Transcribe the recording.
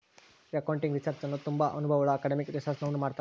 accounting research ಅನ್ನು ತುಂಬಾ ಅನುಭವವುಳ್ಳ ಅಕಾಡೆಮಿಕ್ ರಿಸರ್ಚ್ನವರು ಮಾಡ್ತರ್